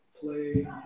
Play